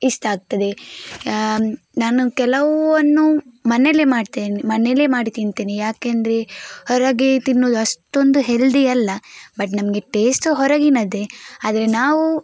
ಇಷ್ಟ ಆಗ್ತದೆ ನಾನು ಕೆಲವನ್ನು ಮನೆಯಲ್ಲೇ ಮಾಡ್ತೇನೆ ಮನೆಯಲ್ಲೇ ಮಾಡಿ ತಿಂತೇನೆ ಯಾಕೆಂದರೆ ಹೊರಗೆ ತಿನ್ನುವುದು ಅಷ್ಟೊಂದು ಹೆಲ್ದಿ ಅಲ್ಲ ಬಟ್ ನಮಗೆ ಟೇಸ್ಟು ಹೊರಗಿನದ್ದೇ ಆದರೆ ನಾವು